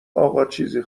آقاچیزی